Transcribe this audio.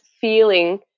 feeling